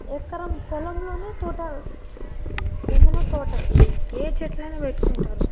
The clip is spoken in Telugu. ఎకరం పొలంలోనే తోటలు ఏమైనా తోటలు ఏ చెట్లయినా పెట్టుకుంటారు